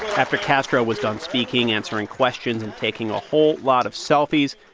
after castro was done speaking, answering questions and taking a whole lot of selfies,